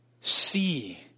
see